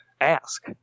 ask